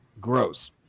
gross